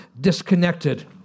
disconnected